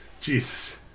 Jesus